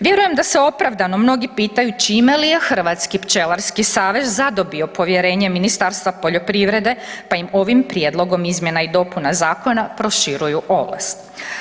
Vjerujem da se opravdano mnogi pitaju čime li je Hrvatski pčelarski savez zadobio povjerenje Ministarstva poljoprivrede pa im ovim prijedlogom izmjena i dopuna zakona proširuju ovlasti.